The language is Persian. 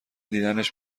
دیدنش